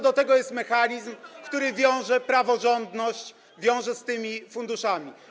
Do tego jest mechanizm, który wiąże praworządność z tymi funduszami.